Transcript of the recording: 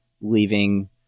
leaving